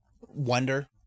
wonder